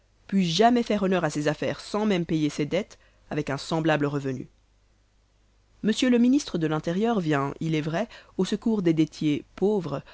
pût jamais faire honneur à ses affaires sans même payer ses dettes avec un semblable revenu m le ministre de l'intérieur vient il est vrai au secours des dettiers pauvres